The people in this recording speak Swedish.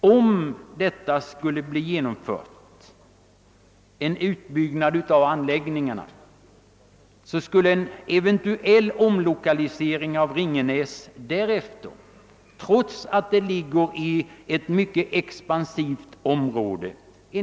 Skulle en sådan utbyggnad av anläggningarna genomföras, blir en omlokalisering av Ringenäsfältet helt omöjliggjord, trots att fältet ligger mitt i ett mycket expansivt område.